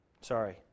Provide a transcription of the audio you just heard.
Sorry